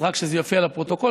אז רק שזה יופיע בפרוטוקול,